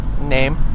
name